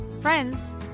friends